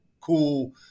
cool